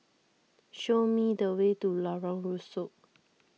show me the way to Lorong Rusuk